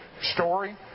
story